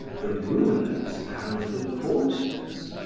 the rulers, and the courtiers.